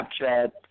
Snapchat